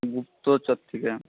গুপ্তচর থেকে